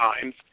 times